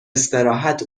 استراحت